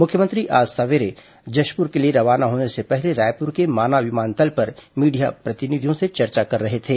मुख्यमंत्री आज सवेरे जशपुर के लिए रवाना होने के पहले रायपुर के माना विमानतल पर मीडिया प्रतिनिधियों से चर्चा कर रहे थे